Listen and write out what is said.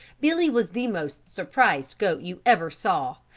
billy was the most surprised goat you ever saw,